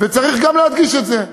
וצריך גם להדגיש את זה.